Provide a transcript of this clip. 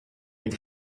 mit